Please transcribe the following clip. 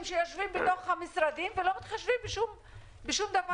שיושבים בתוך המשרדים ולא מתחשבים באף אחד.